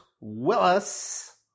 Willis